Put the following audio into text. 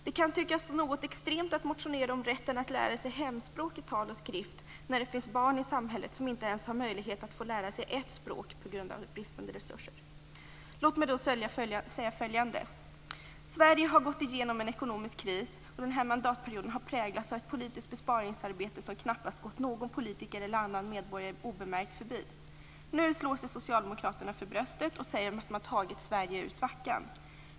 Det kan tyckas något extremt att motionera om rätten att lära sig hemspråk i tal och skrift när det finns barn i samhället som inte ens har möjlighet att få lära sig ett språk på grund av bristande resurser. Låt mig säga följande. Sverige har gått igenom en ekonomisk kris, och den här mandatperioden har präglats av ett politiskt besparingsarbete som knappast gått någon politiker eller annan medborgare obemärkt förbi. Nu slår sig Socialdemokraterna för bröstet och säger att de har tagit Sverige ur svackan.